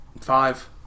Five